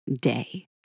Day